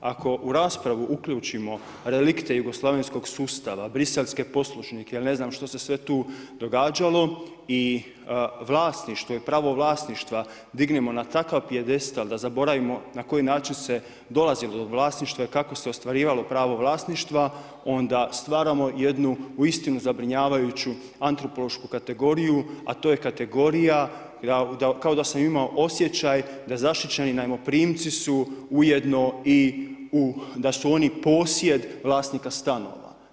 Ako u raspravu uključimo relikte jugoslavenskog sustava, briselske poslušnike ili ne znam što se sve tu događalo i vlasništvo i pravo vlasništva dignimo na takav pijedestal da zaboravimo na koji način se dolazilo do vlasništva ili kako se ostvarivalo pravo vlasništva onda stvaramo jednu uistinu zabrinjavajuću antropološku kategoriju, a to je kategorija, kao da sam imao osjećaj da zaštićeni najmoprimci su ujedno i da su oni posjed vlasnika stanova.